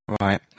Right